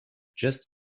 just